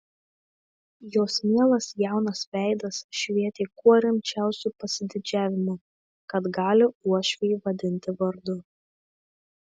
jos mielas jaunas veidas švietė kuo rimčiausiu pasididžiavimu kad gali uošvį vadinti vardu